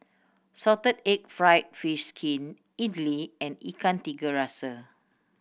salted egg fried fish skin idly and Ikan Tiga Rasa